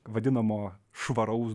vadinamo švaraus